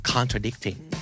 Contradicting